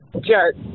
Jerk